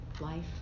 life